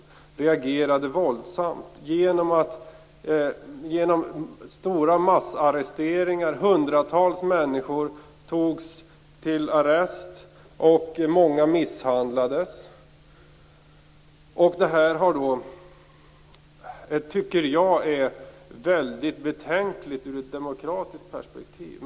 De reagerade våldsamt genom stora massarresteringar. Hundratals människor togs till arrest, och många misshandlades. Detta tycker jag är väldigt betänkligt i ett demokratiskt perspektiv.